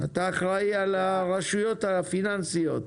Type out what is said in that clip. אתה אחראי על הרשויות הפיננסיות.